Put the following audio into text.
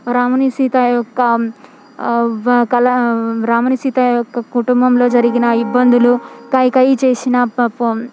రాముని సీత యొక్క కలహం రాముని సీత యొక్క కుటుంబంలో జరిగిన ఇబ్బందులు కైకేయి చేసిన